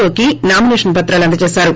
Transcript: ఓ కి నామినేషన్ పత్రాలు అందజేసారు